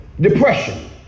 depression